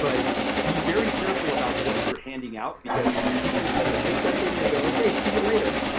but be very careful about what you're handing out because people tend to take that thing and they go, okay, see you later!